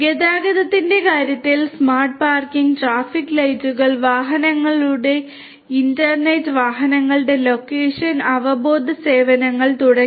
ഗതാഗതത്തിന്റെ കാര്യത്തിൽ smart parking തുടങ്ങിയവ